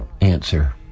answer